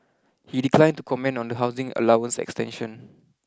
he declined to comment on the housing allowance extension